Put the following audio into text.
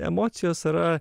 emocijos yra